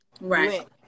Right